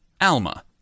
alma